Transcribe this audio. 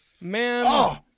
man